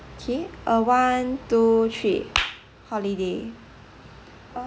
okay uh one two three holiday